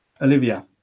Olivia